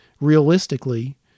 realistically